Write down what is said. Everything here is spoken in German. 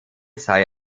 sei